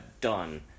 done